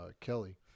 Kelly